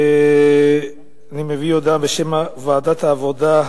אני מביא הודעה בשם ועדת העבודה,